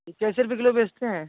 कैसे रुपये किलो बेचते हैं